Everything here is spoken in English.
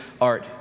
art